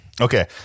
Okay